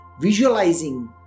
visualizing